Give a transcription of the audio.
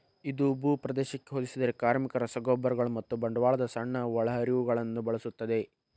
ಇದು ಭೂಪ್ರದೇಶಕ್ಕೆ ಹೋಲಿಸಿದರೆ ಕಾರ್ಮಿಕ, ರಸಗೊಬ್ಬರಗಳು ಮತ್ತು ಬಂಡವಾಳದ ಸಣ್ಣ ಒಳಹರಿವುಗಳನ್ನು ಬಳಸುತ್ತದೆ